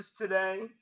today